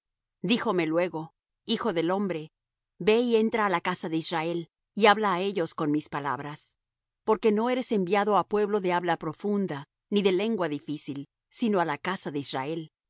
miel díjome luego hijo del hombre ve y entra á la casa de israel y habla á ellos con mis palabras porque no eres enviado á pueblo de habla profunda ni de lengua difícil sino á la casa de israel